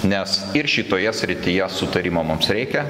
nes ir šitoje srityje sutarimo mums reikia